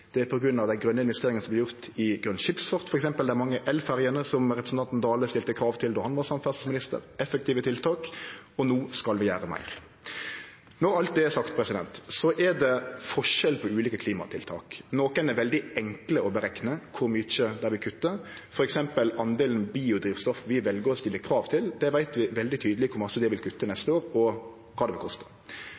dei grøne investeringane som er gjorde i grøn skipsfart – for eksempel dei mange elferjene, som representanten Dale stilte krav om då han var samferdsleminister – effektive tiltak. Og no skal vi gjere meir. Når alt det er sagt, er det forskjell på ulike klimatiltak. For nokre er det veldig enkelt å berekne kor mykje dei vil kutte. For eksempel når det gjeld den delen biodrivstoff vi vel å stille krav til, veit vi veldig tydeleg kor mykje dette vil kutte